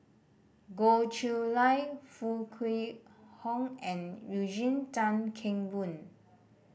Goh Chiew Lye Foo Kwee Horng and Eugene Tan Kheng Boon